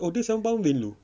dia sound province dulu